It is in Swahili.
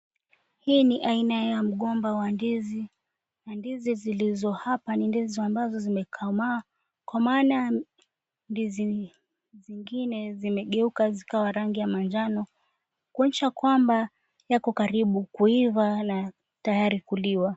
Hii ni aina ya mgomba wa ndizi na ndizi zilizo hapa ni ndizi ambazo zimekomaa kwa maana ndizi zingine zimegeuka rangi ya manjano kuonyesha kwamba yako karibu kuiva na tayari kuliwa.